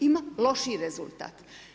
Ima lošiji rezultat.